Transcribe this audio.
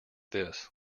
this